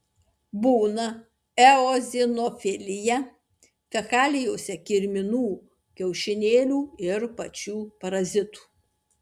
būna eozinofilija fekalijose kirminų kiaušinėlių ir pačių parazitų